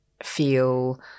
Feel